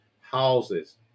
houses